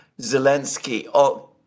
Zelensky